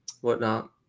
whatnot